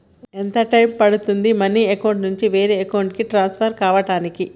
ఎంత టైం పడుతుంది money account నుంచి వేరే అకౌంట్ కి ట్రాన్స్ఫర్ కావటానికి?